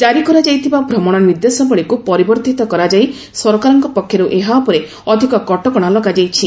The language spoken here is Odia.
ଜାରି କରାଯାଇଥିବା ଭ୍ରମଣ ନିର୍ଦ୍ଦେଶାବଳୀକୁ ପରିବର୍ଦ୍ଧିତ କରି ସରକାରଙ୍କ ପକ୍ଷରୁ ଏହା ଉପରେ ଅଧିକ କଟକଣା ଲଗାଯାଇଛି